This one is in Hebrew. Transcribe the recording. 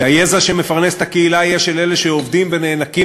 שהיזע שמפרנס את הקהילה יהיה של אלה שעובדים ונאנקים